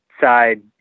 side